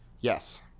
Yes